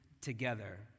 together